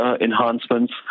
enhancements